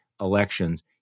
elections